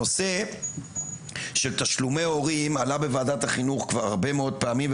הנושא של תשלומי הורים עלה בוועדת החינוך כבר הרבה מאד פעמים,